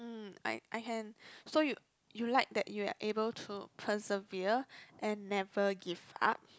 um I I can so you you like that you are able to preserve and never give up